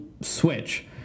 switch